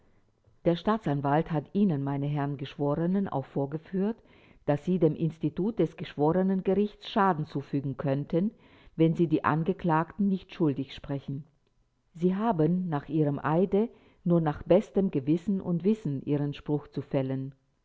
der staatsanwalt hat ihnen meine herren geschworenen auch vorgeführt daß sie dem institut des geschworenengerichts schaden zufügen könnten wenn sie die angeklagten nicht schuldig sprechen sie haben nach ihrem eide nur nach bestem gewissen und wissen ihren spruch zu fällen